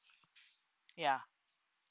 ya